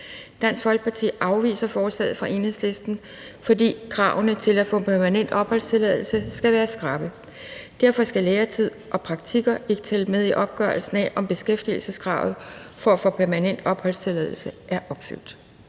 Dansk Folkeparti afviser forslaget fra Enhedslisten, fordi kravene til at få permanent opholdstilladelse skal være skrappe. Derfor skal læretid og praktikker ikke tælle med i opgørelsen af, om beskæftigelseskravet for at få permanent opholdstilladelse er opfyldt.